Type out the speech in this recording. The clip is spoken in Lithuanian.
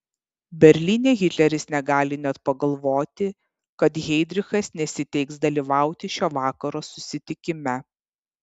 berlyne hitleris negali net pagalvoti kad heidrichas nesiteiks dalyvauti šio vakaro susitikime